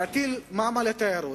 בהטלת מע"מ על התיירות?